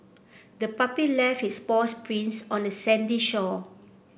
the puppy left its paws prints on the sandy shore